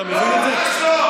אתה מבין את זה?